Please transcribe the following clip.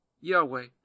Yahweh